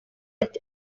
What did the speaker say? ati